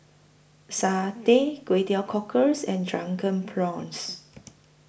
Satay Kway Teow Cockles and Drunken Prawns